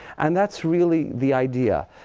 and that's really the idea.